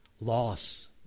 loss